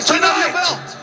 Tonight